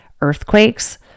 earthquakes